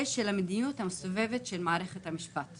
של מדיניות הדלת המסתובבת של מערכת המשפט.